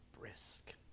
brisk